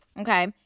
Okay